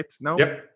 no